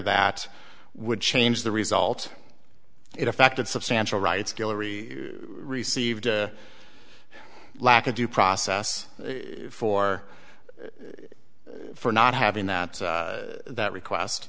that would change the result it affected substantial rights guillory received lack of due process for for not having that that request